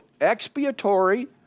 expiatory